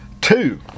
Two